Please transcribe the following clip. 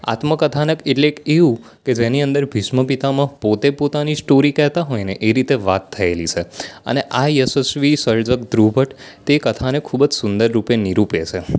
આત્મકથાનક એટલે એવું કે જેની અંદર ભીષ્મપિતામહ પોતે પોતાની સ્ટોરી કહેતા હોયને એ રીતે વાત થયેલી છે અને આ યશસ્વિ સર્જક ધ્રુવ ભટ્ટ તે કથાને ખૂબ જ સુંદર રૂપે નિરૂપે છે